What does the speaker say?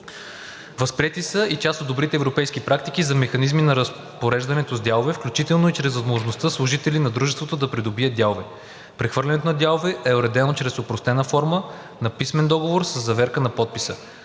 Възприети са и част от добрите европейски практики за механизми на разпореждането с дялове, включително и чрез възможността служители на дружествата да придобият дялове. Прехвърлянето на дялове е уредено чрез опростена форма на писмен договор със заверка на подписа.